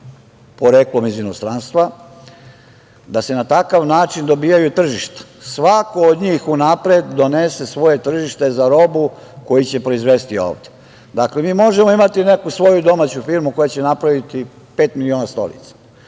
poreklom iz inostranstva, da se na takav način dobijaju tržišta. Svako od njih unapred donese svoje tržište za robu koju će proizvesti ovde. Dakle, mi možemo imati neku svoju domaću firmu koja će napraviti pet miliona stolica.